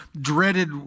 dreaded